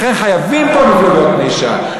לכן חייבים פה מפלגות נישה.